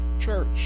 church